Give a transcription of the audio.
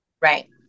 Right